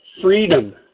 Freedom